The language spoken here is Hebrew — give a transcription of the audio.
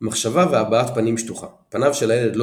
מחשבה והבעת פנים שטוחה- פניו של הילד לא